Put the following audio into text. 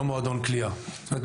לא מועדון קליעה.